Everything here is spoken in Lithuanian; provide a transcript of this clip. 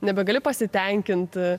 nebegali pasitenkint